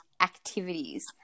activities